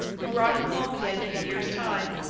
who brought him home again in a year's time,